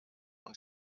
und